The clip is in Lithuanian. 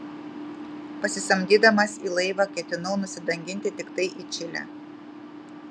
pasisamdydamas į laivą ketinau nusidanginti tiktai į čilę